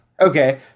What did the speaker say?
Okay